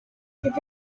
cette